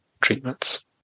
treatments